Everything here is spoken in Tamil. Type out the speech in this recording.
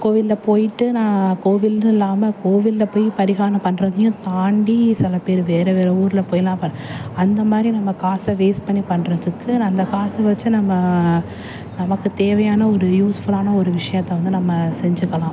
கோவிலில் போய்ட்டு நான் கோவில்னு இல்லாமல் கோவிலில் போய் பரிகாரம் பண்ணுறதையும் தாண்டி சில பேர் வேறு வேறு ஊரில் போய்லாம் பண்ணி அந்த மாதிரி நம்ம காசை வேஸ்ட் பண்ணி பண்ணுறதுக்கு அந்த காசை வெச்சி நம்ம நமக்குத் தேவையான ஒரு யூஸ்ஃபுல்லான ஒரு விஷயத்த வந்து நம்ம செஞ்சுக்கலாம்